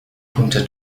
كنت